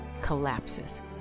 collapses